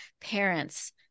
parents